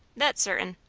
that's certain.